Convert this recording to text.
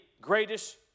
greatest